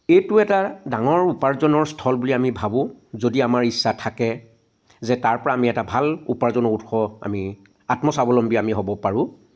এইটো এটা ডাঙৰ উপাৰ্জনৰ স্থল বুলি আমি ভাবো যদি আমাৰ ইচ্ছা থাকে যে আমি তাৰপৰা এটা ভাল উপাৰ্জনৰ উৎস আমি আত্মস্বাৱলম্বী আমি হ'ব পাৰোঁ